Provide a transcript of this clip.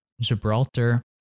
Gibraltar